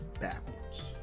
backwards